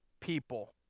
people